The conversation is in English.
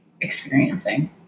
experiencing